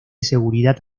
seguridad